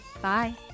Bye